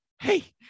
hey